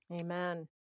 Amen